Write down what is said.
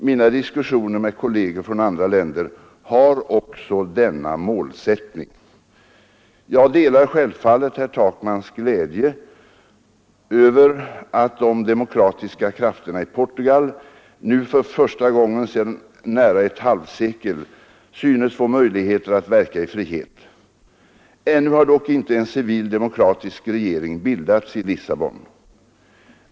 Mina diskussioner med kolleger från andra länder har också denna målsättning. Jag delar självfallet herr Takmans glädje över att de demokratiska krafterna i Portugal nu för första gången sedan nära ett halvsekel synes få möjligheter att verka i frihet. Ännu har dock inte en civil demokratisk regering bildats i Lissabon.